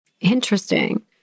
Interesting